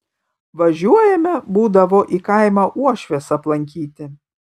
važiuojame būdavo į kaimą uošvės aplankyti